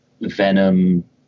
Venom